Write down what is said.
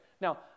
Now